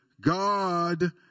God